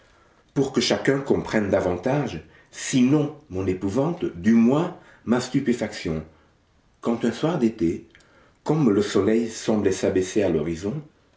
pour que chacun comprenne davantage sinon mon épouvante du moins ma stupéfaction quand un soir d'été comme le soleil semblait s'abaisser à l'horizon